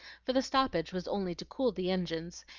for the stoppage was only to cool the engines,